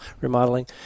remodeling